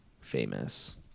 famous